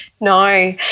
No